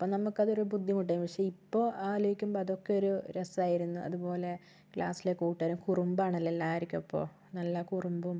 അപ്പോൾ നമുക്കത് ഒരു ബുദ്ധിമുട്ടാണ് പക്ഷെ ഇപ്പോൾ ആലോചിക്കുമ്പോൾ അതൊക്കെ ഒരു രസമായിരുന്നു അതുപോലെ ക്ലാസിലെ കൂട്ടുകാരും കുറുമ്പാണല്ലൊ എല്ലാവർക്കും അപ്പോൾ നല്ല കുറുമ്പും